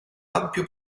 ampio